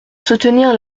soutenir